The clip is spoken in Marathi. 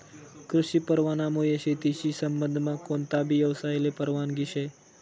कृषी परवानामुये शेतीशी संबंधमा कोणताबी यवसायले परवानगी शे